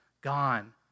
gone